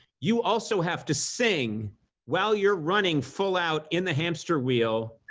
you also have to sing while you're running full out in the hamster wheel.